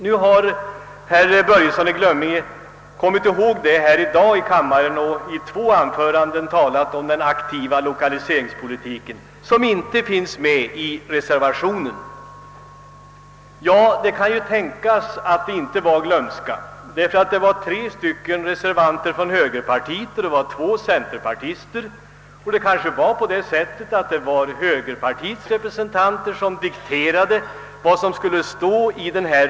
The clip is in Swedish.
Nu har herr Börjesson i Glömminge kommit ihåg den saken i dag; han har i två anföranden talat om den aktiva lokaliseringspolitiken, om vilken det alltså inte finns ett ord i reservationen. Det kan nu tänkas att detta inte beror på glömska, ty det är tre högermän och två centerpartister som står för reservationen, och det är ju möjligt att det var högermännen som dikterade vad som skulle stå i denna.